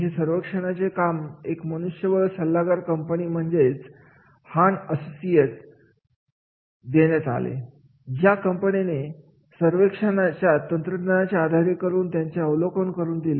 हे सर्वेक्षणाचे काम एका मनुष्यबळ सल्लागार कंपनीला म्हणजेच हां असोसिएट देण्यात आले होते या कंपनीने सर्वेक्षण तंत्रज्ञानाच्या आधारे करून त्याचे अवलोकन करून दिले